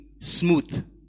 smooth